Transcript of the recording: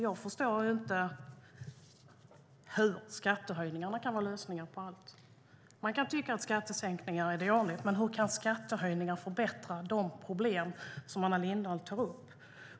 Jag förstår inte hur skattehöjningar kan vara lösningen på allt. Man kan tycka att skattesänkningar är dåligt, men hur kan skattehöjningar lösa de problem som räknas upp?